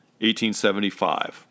1875